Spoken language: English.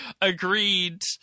Agreed